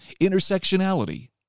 intersectionality